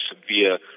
severe